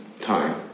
time